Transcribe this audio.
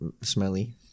smelly